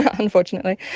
ah unfortunately.